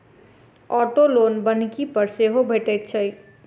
auto loan बन्हकी पर सेहो भेटैत छै